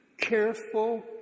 careful